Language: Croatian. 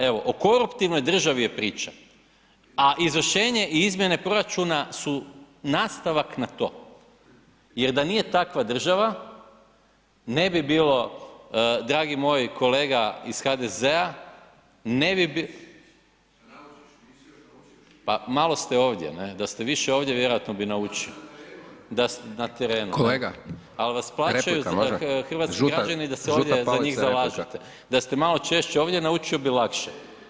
Evo o koruptivnoj državi je priča a izvršenje i izmjene proračuna su nastavak na to jer da nije takva država ne bi bilo dragi moj kolega iz HDZ-a, ne bi bilo… ... [[Upadica se ne čuje.]] Pa malo ste ovdje, da ste više ovdje vjerojatno bi naučili… ... [[Upadica se ne čuje.]] Na terenu, ali vas plaćaju hrvatski građani da se za njih zalažete [[Upadica Dončić: Kolega, replika, može, žuta, žuta palica je replika.]] Da ste malo češće ovdje naučio bi lakše.